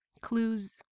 clues